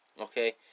Okay